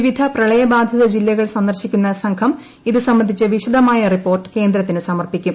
വിവിധ പ്രളയബാധിത ജില്ലകൾ സന്ദർശിക്കുന്ന സംഘം ഇത് സംബന്ധിച്ച് വിശദമായ റിപ്പോർട്ട് കേന്ദ്രത്തിന് സമർപ്പിക്കും